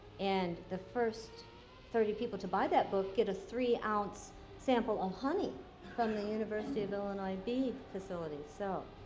and the first thirty people to buy that book get a three ounce sample of honey from the university of illinois bee facility. so